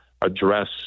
address